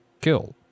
kill